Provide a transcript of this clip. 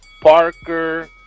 Parker